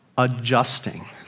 adjusting